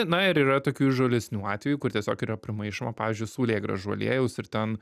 na ir yra tokių įžūlesnių atvejų kur tiesiog yra primaišoma pavyzdžiui saulėgrąžų aliejaus ir ten